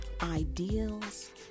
ideals